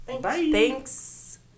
Thanks